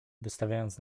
wystawiając